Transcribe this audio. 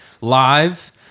Live